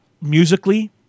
Musically